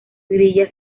grilla